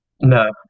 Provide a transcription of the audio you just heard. No